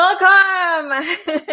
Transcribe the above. welcome